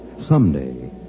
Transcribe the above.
Someday